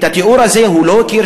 את התיאור הזה הוא לא הכיר,